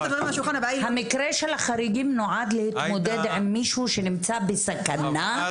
של --- המקרה של החריגים נועד להתמודד עם מישהו שנמצא בסכנה,